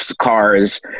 cars